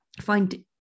find